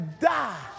die